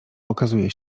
okazuje